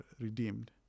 redeemed